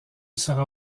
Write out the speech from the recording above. sera